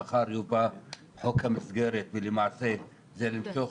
עכשיו יובא חוק המסגרת ולמעשה זה למשוך